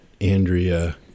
Andrea